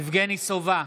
יבגני סובה,